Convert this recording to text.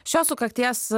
šios sukakties